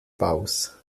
baus